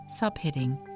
Subheading